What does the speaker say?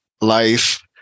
life